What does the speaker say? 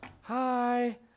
Hi